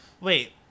Wait